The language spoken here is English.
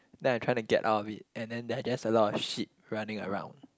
then I trying to get out of it and then there are just a lot of sheep running around